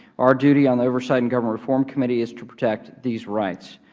our duty on the oversight and government reform committee is to protect these rights.